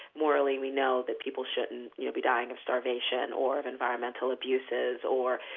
morally we know that people shouldn't, you know, be dying of starvation or of environmental abuses. or,